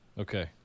Okay